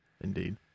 Indeed